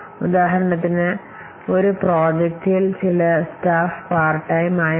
ഫലപ്രദമായി അവരെക്കുറിച്ചുള്ള ഒരു പ്രോജക്റ്റിനായി അവ പാർട്ട് ടൈം ആയി കണക്കാക്കും